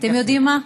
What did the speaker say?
אתם יודעים מה?